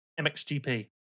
MXGP